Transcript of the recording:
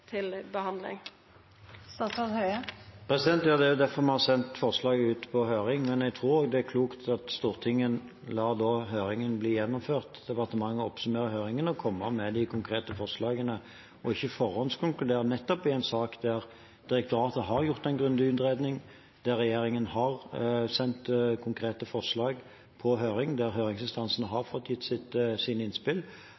til behandling? Ja, det er jo derfor vi har sendt forslaget ut på høring, men jeg tror også det er klokt at Stortinget lar høringen bli gjennomført, og at departementet oppsummerer høringen og kommer med de konkrete forslagene. I en sak der direktoratet har gjort en grundig utredning, regjeringen har sendt konkrete forslag på høring og høringsinstansene har